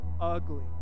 ugly